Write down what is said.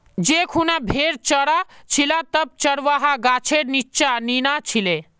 जै खूना भेड़ च र छिले तब चरवाहा गाछेर नीच्चा नीना छिले